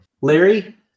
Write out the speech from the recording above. Larry